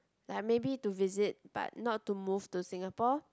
like maybe to visit but not to move to Singapore